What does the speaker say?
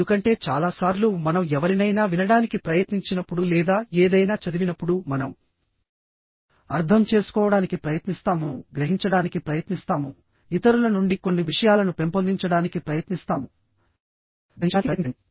ఎందుకంటే చాలా సార్లు మనం ఎవరినైనా వినడానికి ప్రయత్నించినప్పుడు లేదా ఏదైనా చదివినప్పుడు మనం అర్థం చేసుకోవడానికి ప్రయత్నిస్తాము గ్రహించడానికి ప్రయత్నిస్తాము ఇతరుల నుండి కొన్ని విషయాలను పెంపొందించడానికి ప్రయత్నిస్తాము గ్రహించడానికి ప్రయత్నించండి